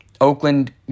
Oakland